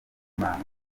impano